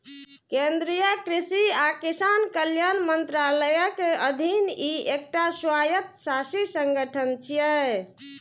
केंद्रीय कृषि आ किसान कल्याण मंत्रालयक अधीन ई एकटा स्वायत्तशासी संगठन छियै